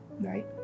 Right